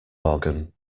organ